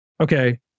okay